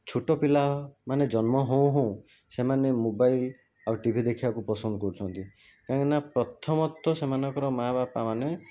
ଛୋଟ ପିଲାମାନେ ଜନ୍ମ ହଉଁ ହଉଁ ସେମାନେ ମୋବାଇଲ୍ ଆଉ ଟି ଭି ଦେଖିବାକୁ ପସନ୍ଦ କରୁଛନ୍ତି କାଇଁକିନା ପ୍ରଥମତଃ ସେମାନଙ୍କର ମା' ବାପାମାନେ